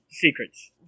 secrets